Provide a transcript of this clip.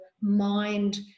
mind